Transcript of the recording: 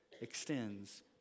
extends